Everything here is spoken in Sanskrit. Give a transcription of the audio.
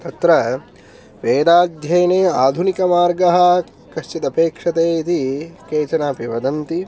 तत्र वेदाध्ययने आधुनिकमार्गः कश्चिद् अपेक्षते इति केचन अपि वदन्ति